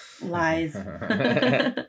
Lies